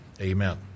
Amen